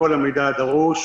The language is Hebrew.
כל המידע הדרוש.